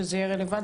שזה יהיה רלוונטי,